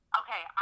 okay